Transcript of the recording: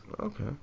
Okay